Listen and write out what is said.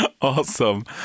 Awesome